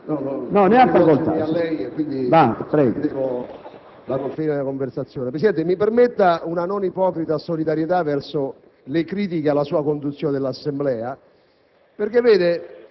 Presidente, mi permetta